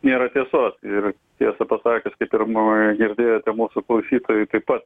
nėra tiesos ir tiesą pasakius kaip ir girdėjote mūsų klausytojai taip pat